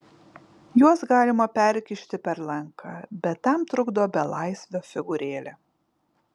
juos galima perkišti per lanką bet tam trukdo belaisvio figūrėlė